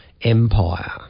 empire